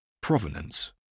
Provenance